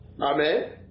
Amen